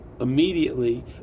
immediately